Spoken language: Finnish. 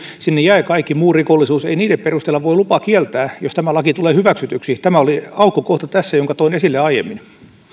sinne jäi kaikki muu rikollisuus ei niiden perusteella voi lupaa kieltää jos tämä laki tulee hyväksytyksi tämä oli tässä aukkokohta jonka toin esille aiemmin